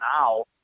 now